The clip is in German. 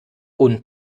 und